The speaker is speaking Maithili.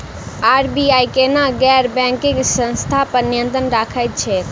आर.बी.आई केना गैर बैंकिंग संस्था पर नियत्रंण राखैत छैक?